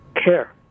Care